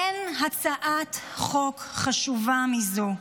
אין הצעת חוק חשובה מזו.